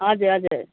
हजुर हजुर